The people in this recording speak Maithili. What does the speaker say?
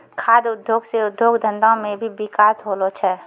खाद्य उद्योग से उद्योग धंधा मे भी बिकास होलो छै